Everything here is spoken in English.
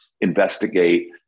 investigate